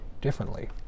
differently